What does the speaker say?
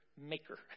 maker